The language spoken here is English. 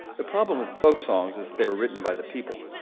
the problem with folk songs is they're written by the people.